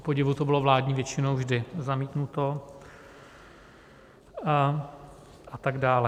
Kupodivu to bylo vládní většinou vždy zamítnuto a tak dále.